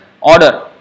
order